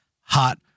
hot